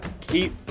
keep